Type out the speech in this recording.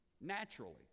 naturally